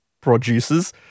Producers